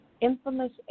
infamous